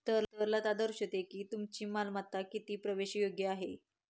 तरलता दर्शवते की तुमची मालमत्ता किती प्रवेशयोग्य आहे